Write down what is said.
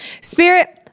spirit